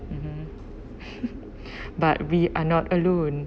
mmhmm but we are not alone